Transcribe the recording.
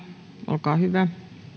olkaa hyvä